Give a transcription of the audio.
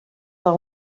del